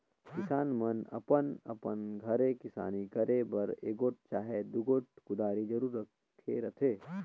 किसान मन अपन अपन घरे किसानी करे बर एगोट चहे दुगोट कुदारी जरूर राखे रहथे